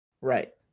Right